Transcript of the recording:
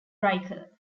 riker